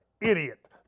idiot